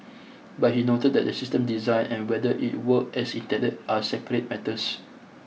but he noted that the system design and whether it work as intended are separate matters